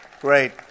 Great